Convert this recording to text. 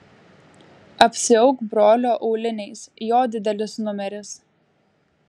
apsiauk brolio auliniais jo didelis numeris